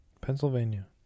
Pennsylvania